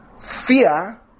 Fear